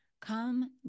Come